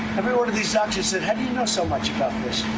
every one of these doctors said how do you know so much about this?